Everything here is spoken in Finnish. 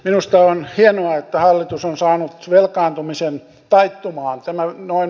minusta on hienoa että hallitus on saanut velkaantumisen taittumaan